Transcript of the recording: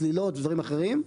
צלילות ודברים אחרים,